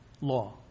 law